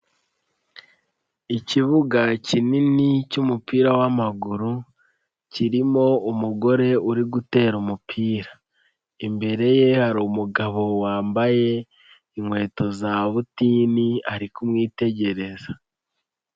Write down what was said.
Ikibuga kinini cy'umupira w'amaguru kirimo umugore uri gutera umupira, imbere ye hari umugabo wambaye inkweto za butini ari kumwitegereza.